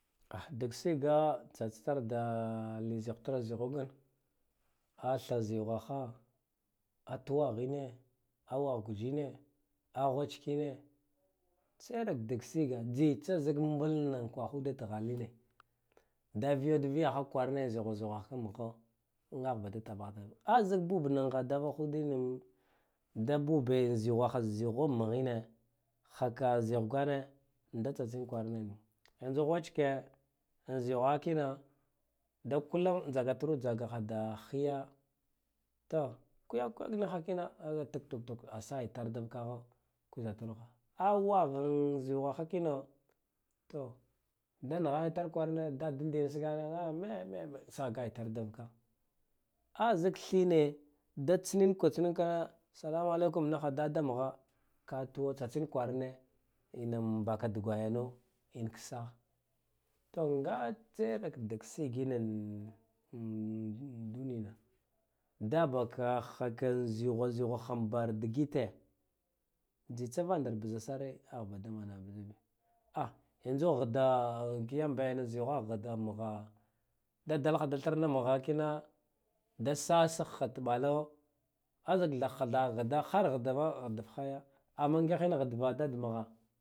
Dag sega tsatsi tar da li zihtur zih ghine a thal zighwa ha a tuwaghe in a wagha guje a wagha guj inna a wacek in cera la dag siga it tsa zak mbul na kwahude in taghale in an viya ha kwarane zighwa han in magha agha bada tabanane azak bub na ghadavude da bube zighwa ha da zighwa an magha in haka zih ghwan da tsa tsin kwarane in niya ziya ghwacke in zeghwa hakina da kulum an jagaturu jagaha hiya to kwe kwe niha aina tuk tuk sa ɗar da vakagha kwizaturuha a wagh a in zighwa hakin to da nigha hakin kwarane dadan in sigagh a me me in sahgatutar da vaka gha a zak tha in da tsan aka tsin inna ka salamalaikum ni da da magha ka tuwa tsa tsin kwarane inna baka dugwayana ink sah anga tsai rak da sigagin in dunina da baka haka zigha zighwa k bar digit dita van ndar biza sar ah ba da manaha biza biya a yanzu ghida kiyam be na zighwa ghida da dik ha da thirna magha kina da sa sigha tabala a thaaha thah ghida har hadunaya ama ngihine hadr dad magha.